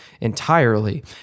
entirely